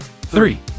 three